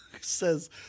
says